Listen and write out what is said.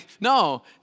No